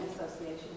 Association